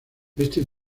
este